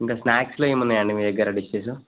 ఇంకా స్నాక్స్లో ఏమున్నాయయండి మీ దగ్గర డిషెస్